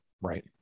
right